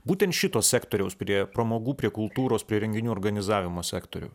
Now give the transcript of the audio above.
būtent šito sektoriaus prie pramogų prie kultūros prie renginių organizavimo sektorių